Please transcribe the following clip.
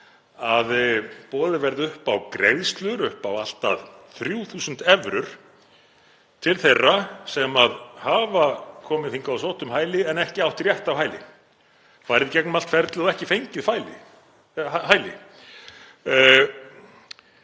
að boðið verði upp á greiðslur upp á allt að 3.000 evrur til þeirra sem hafa komið hingað og sótt um hæli en ekki átt rétt á hæli; farið í gegnum allt ferlið og ekki fengið hæli.